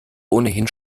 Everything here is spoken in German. ohnehin